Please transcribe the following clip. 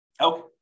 Okay